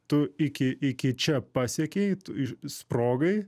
tu iki iki čia pasiekei tu iš sprogai